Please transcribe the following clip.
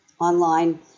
online